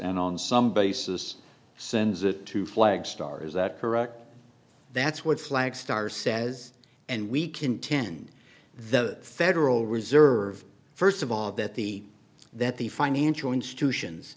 and on some basis sends it to flag stars that correct that's what flag star says and we contend the federal reserve first of all that the that the financial institutions